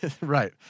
Right